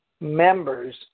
members